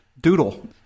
doodle